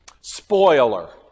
spoiler